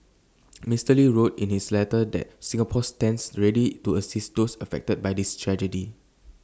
Mister lee wrote in his letter that Singapore stands ready to assist those affected by this tragedy